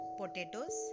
potatoes